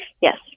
yes